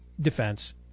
defense